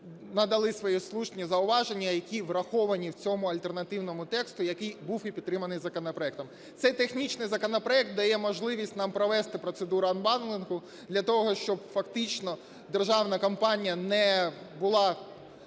надали свої слушні зауваження, які враховані в цьому альтернативному тексті, який був і підтриманий законопроектом. Цей технічний законопроект дає можливість нам провести процедуру анбандлінгу. Для того, щоб фактично державна компанія не була